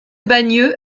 bagneux